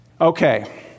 Okay